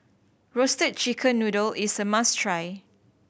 Roasted Chicken Noodle is a must try